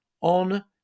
on